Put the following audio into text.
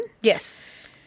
Yes